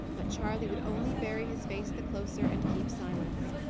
but charley would only bury his face the closer, and keep silence.